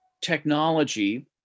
technology